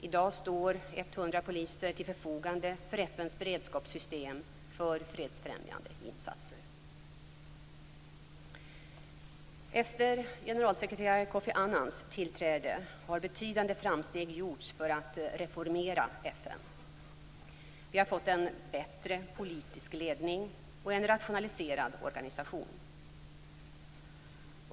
I dag står 100 poliser till förfogande för FN:s beredskapssystem för fredsfrämjande insatser. Efter generalsekreterare Kofi Annans tillträde har betydande framsteg gjorts för att reformera FN. Vi har fått en bättre politisk ledning och en rationaliserad organisation.